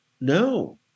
No